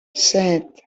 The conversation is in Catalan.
set